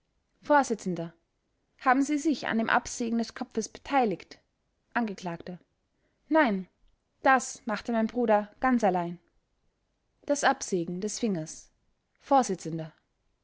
vors haben sie sich an dem absägen des kopfes beteiligt angekl nein das machte mein bruder ganz allein das absägen des fingers